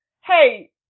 hey